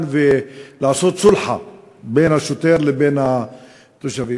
ולעשות סולחה בין השוטר לבין התושבים.